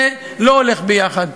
זה לא הולך ביחד.